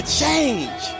change